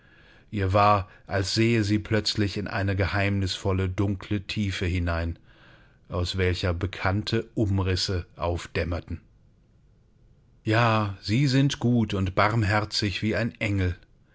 ihr war als sehe sie plötzlich in eine geheimnisvolle dunkle tiefe hinein aus welcher bekannte umrisse aufdämmerten ja sie sind gut und barmherzig wie ein engel